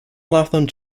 laughlin